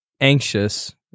anxious